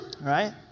Right